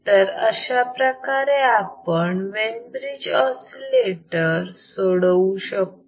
तर अशाप्रकारे आपण वेन ब्रिज ऑसिलेटर सोडवू शकतो